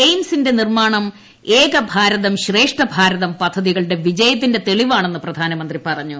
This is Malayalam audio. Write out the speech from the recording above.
എയിംസിന്റെ നിർമ്മാണം ഏക ഭാരതം ശ്രേഷ്ഠഭാരതം പദ്ധതികളുടെ വിജയത്തിന്റെ തെളിവാണെന്ന് പ്രധാനമന്ത്രി പറഞ്ഞു